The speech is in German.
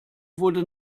wurde